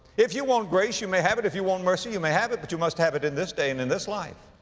if you want grace, you may have it. if you want mercy, you may have it. but you must have it in this day and in this life.